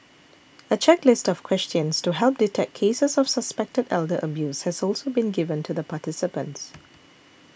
a checklist of questions to help detect cases of suspected elder abuse has also been given to the participants